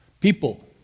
People